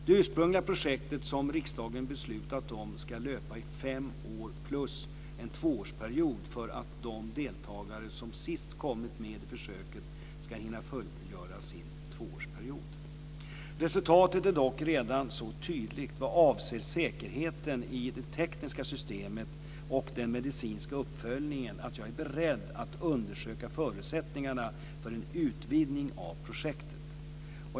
Det ursprungliga projektet som riksdagen beslutat om ska löpa i fem år plus en tvåårsperiod för att de deltagare som sist kommit med i försöket ska hinna fullgöra sin tvåårsperiod. Resultatet är dock redan så tydligt vad avser säkerheten i det tekniska systemet och den medicinska uppföljningen att jag är beredd att undersöka förutsättningarna för en utvidgning av projektet.